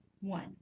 One